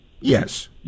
Yes